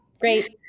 great